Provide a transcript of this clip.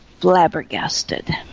flabbergasted